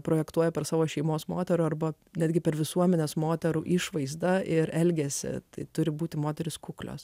projektuoja per savo šeimos moterų arba netgi per visuomenės moterų išvaizdą ir elgesį tai turi būti moterys kuklios